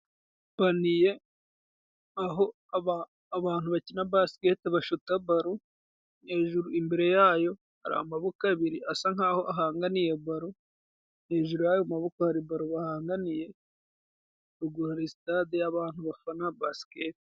Paniye, aho abantu bakina basiketi bashuta balo, hejuru imbere yayo hari amaboko abiri asa nk'aho ahanganiye balo, hejuru y'ayo maboko hari balo bahananiye, rugura hari stade y'abantu bafana basiketi.